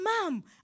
mom